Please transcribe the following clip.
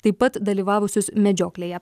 taip pat dalyvavusius medžioklėje